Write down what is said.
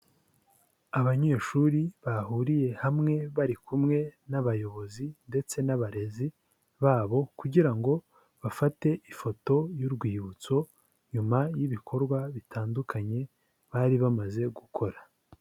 Abanyeshuri bahuriye hamwe bari kumwe n'abayobozi ndetse n'abarezi babo, kugira ngo bafate ifoto y'urwibutso nyuma y'ibikorwa bitandukanye bari bamaze gukora.